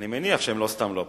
אני מניח שהם לא סתם לא פה.